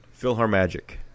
PhilharMagic